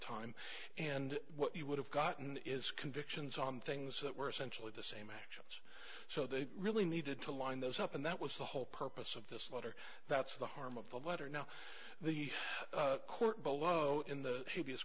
time and what you would have gotten is convictions on things that were essentially the same action so they really needed to line those up and that was the whole purpose of this letter that's the harm of the letter now the court below in the